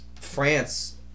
France